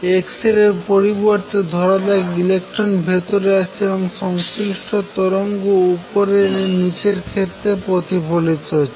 X ray এড় পরিবর্তে ধরাযাক ইলেকট্রন ভেতরে আসছে এবং সংশ্লিষ্ট তরঙ্গ উপরের এবং নিচের ক্ষেত্র থেকে প্রতিফলিত হচ্ছে